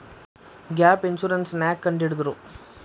Gap insurance ನ್ಯಾಕ್ ಕಂಢಿಡ್ದ್ರು?